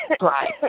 Right